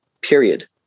period